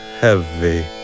heavy